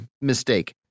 mistake